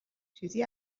چیزی